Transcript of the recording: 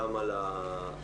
גם על הכלכלה,